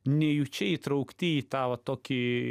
nejučia įtraukti į tą va tokį